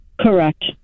correct